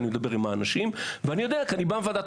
כי אני מדבר עם האנשים וכי אני בא מוועדת